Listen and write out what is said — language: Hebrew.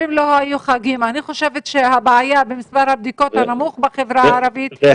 אני חושבת שהבעיה במספר הבדיקות הנמוך בחברה הערבית זה